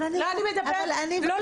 אבל אני רוצה --- לא,